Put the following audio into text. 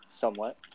somewhat